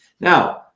Now